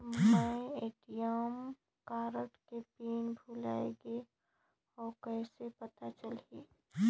मैं ATM card के PIN भुलाए गे हववं कइसे पता चलही?